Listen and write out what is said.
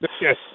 Yes